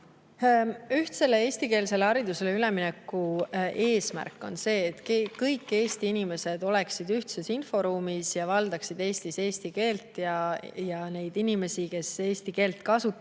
Ühtsele eestikeelsele haridusele ülemineku eesmärk on see, et kõik Eesti inimesed oleksid ühtses inforuumis, valdaksid Eestis eesti keelt, et neid inimesi, kes eesti keelt kasutavad,